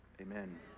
Amen